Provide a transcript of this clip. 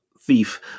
thief